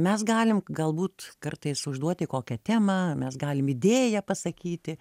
mes galim galbūt kartais užduoti kokią temą mes galim idėją pasakyti